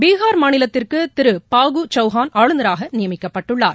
பீகார் மாநிலத்திற்கு திரு பஹு சௌஹான் ஆளுராக நியமிக்கப்பட்டுள்ளார்